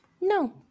No